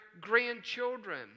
grandchildren